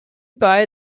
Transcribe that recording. bei